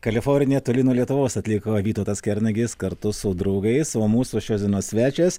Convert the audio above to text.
kalifornija toli nuo lietuvos atliko vytautas kernagis kartu su draugais o mūsų šios dienos svečias